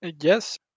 Yes